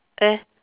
eh